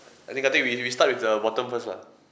I think kah teck we we start with the bottom first lah